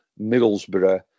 Middlesbrough